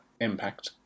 impact